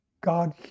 God